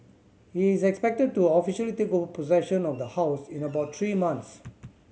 he is expected to officially take over possession of the house in about three months